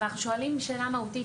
אנחנו שואלים שאלה מהותית,